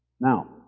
Now